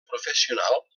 professional